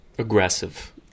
Aggressive